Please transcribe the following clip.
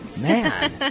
Man